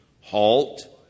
halt